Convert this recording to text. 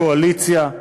קואליציה,